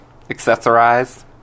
Accessorize